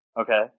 Okay